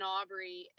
Aubrey